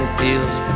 feels